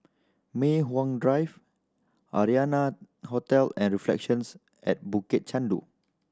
Mei Hwan Drive Arianna Hotel and Reflections at Bukit Chandu